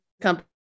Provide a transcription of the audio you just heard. company